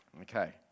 okay